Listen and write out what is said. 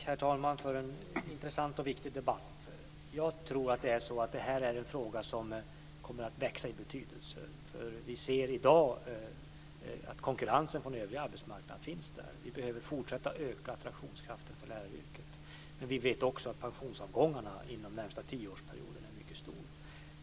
Herr talman! Tack för en intressant och viktig debatt. Detta är en fråga som kommer att växa i betydelse. Vi ser i dag att konkurrensen från den övriga arbetsmarknaden finns där. Vi behöver fortsätta att öka attraktionskraften för läraryrket. Vi vet också att pensionsavgångarna inom den närmaste tioårsperioden är mycket stora.